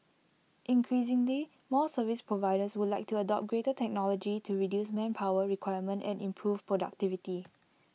increasingly more service providers would like to adopt greater technology to reduce manpower requirement and improve productivity